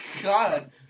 God